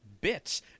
bits